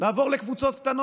שעכשיו פעם ראשונה,